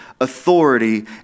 authority